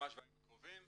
ממש בימים הקרובים.